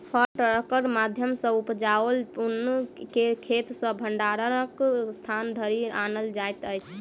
farm ट्रकक माध्यम सॅ उपजाओल अन्न के खेत सॅ भंडारणक स्थान धरि आनल जाइत अछि